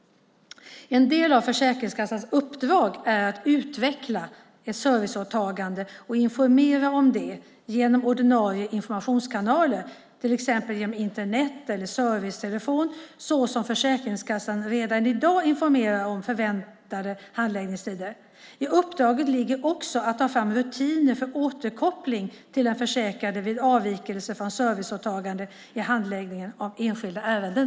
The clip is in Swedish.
En del av Försäkringskassans uppdrag är att utveckla ett serviceåtagande och informera om det genom ordinarie informationskanaler, till exempel genom Internet eller servicetelefonen så som Försäkringskassan redan i dag informerar om förväntade handläggningstider. I uppdraget ligger också att ta fram rutiner för återkoppling till den försäkrade vid avvikelser från serviceåtagandet i handläggningen av enskilda ärenden.